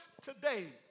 today